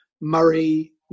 Murray